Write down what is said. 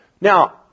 Now